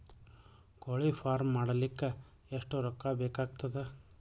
ಕೋಳಿ ಫಾರ್ಮ್ ಮಾಡಲಿಕ್ಕ ಎಷ್ಟು ರೊಕ್ಕಾ ಬೇಕಾಗತದ?